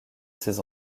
ses